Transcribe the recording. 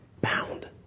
bound